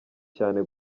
cyane